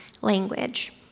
language